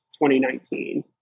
2019